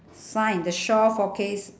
sign the shore forecast